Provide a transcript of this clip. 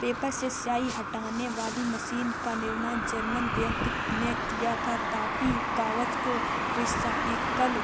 paper से स्याही हटाने वाली मशीन का निर्माण जर्मन व्यक्ति ने किया था ताकि कागज को रिसाईकल